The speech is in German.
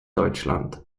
deutschland